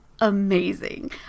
amazing